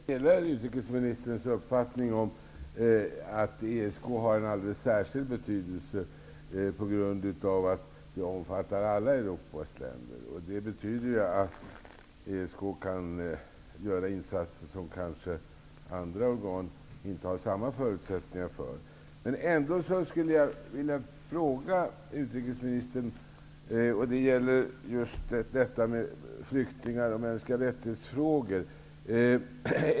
Herr talman! Jag delar utrikesministerns uppfattning om att ESK har en alldeles särskild betydelse på grund av att det omfattar alla Europas länder. Det betyder att ESK kan göra insatser som andra organ kanske inte har samma förutsättningar för att göra. Jag skulle vilja ställa en fråga till utrikesministern, och det gäller flyktingar och mänskliga rättighetsfrågor.